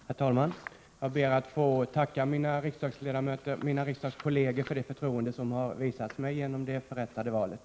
Herr talman! Jag ber att få tacka mina riksdagskolleger för det förtroende som har visats mig genom det förrättade valet.